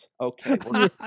Okay